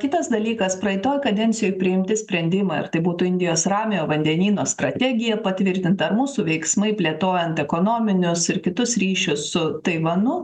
kitas dalykas praeitoj kadencijoj priimti sprendimą ar tai būtų indijos ramiojo vandenyno strategija patvirtinta mūsų veiksmai plėtojant ekonominius ir kitus ryšius su taivanu